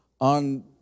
on